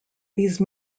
these